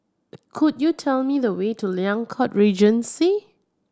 could you tell me the way to Liang Court Regency